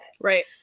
Right